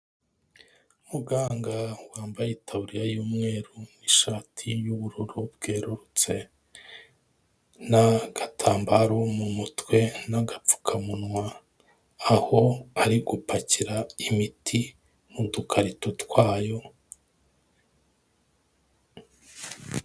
Muganga wambaye itaburiya y'umweru n'ishati y'ubururu bwerurutse, n'agatambaro mu mutwe n'agapfukamunwa, aho ari gupakira imiti mu dukarito twayo...